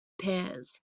pairs